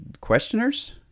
Questioners